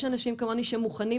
יש אנשים כמוני שמוכנים,